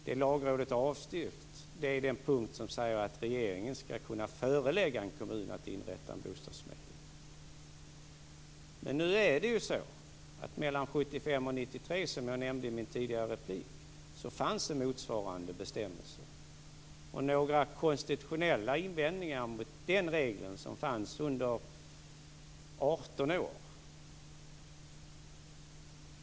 Det som Lagrådet har avstyrkt är den punkt där det sägs att regeringen ska kunna förelägga en kommun att inrätta en bostadsförmedling. Nu fanns det ju, som jag nämnde i min tidigare replik, motsvarande bestämmelser mellan 1975 och 1993.